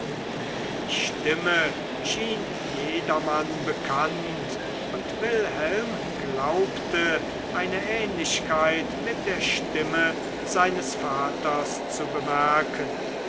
die stimme schien jedermann bekannt und wilhelm glaubte eine ähnlichkeit mit der stimme seines vaters zu bemerken